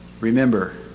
Remember